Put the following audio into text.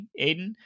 Aiden